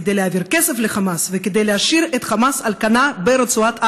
כדי להעביר כסף לחמאס וכדי להשאיר את חמאס על כנה ברצועת עזה,